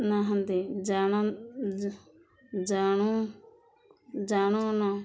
ନାହାନ୍ତି ଜଣ ଜାଣୁ ଜାଣୁନ